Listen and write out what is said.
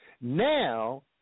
Now